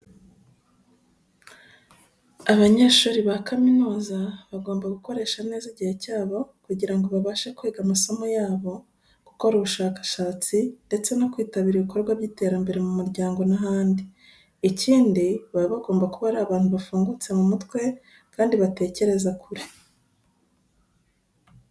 Abanyeshuri ba kaminuza bagomba gukoresha neza igihe cyabo kugira ngo babashe kwiga amasomo yabo, gukora ubushakashatsi ndetse no kwitabira ibikorwa by'iterambere mu muryango n'ahandi. Ikindi baba bagomba kuba ari abantu bafungutse mu mutwe kandi batekereza kure.